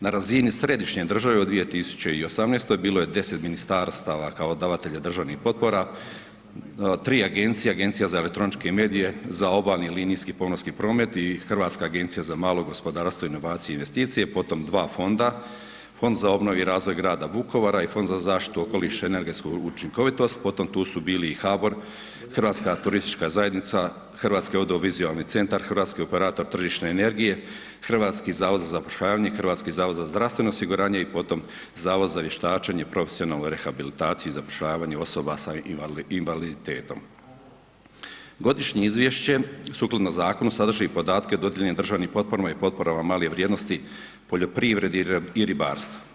Na razini središnje države u 2018. bilo je 10 ministarstva kao davatelja državnih potpora, 3 agencije, Agencija za elektroničke medije, za obalni linijski pomorski promet i Hrvatska agencija za malo gospodarstvo, inovacije i investicije, potom dva fonda, Fond za obnovu i razvoja Vukovara i Fond za zaštitu okoliša i energetsku učinkovitost potom tu su bili i HBOR, Hrvatska turistička zajednica, Hrvatski audiovizualni centar, Hrvatski operator hrvatske energije, Hrvatski zavod za zapošljavanje, HZZO i potom Zavod za vještačenje i profesionalnu rehabilitaciju i zapošljavanje osoba s invaliditetom Godišnje izvješće sukladno zakonu sadrži podatke o dodjelama državnih potpora i potporama male vrijednosti, poljoprivredi i ribarstvu.